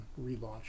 relaunch